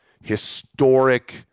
historic